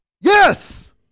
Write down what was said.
yes